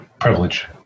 privilege